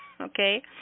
Okay